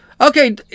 okay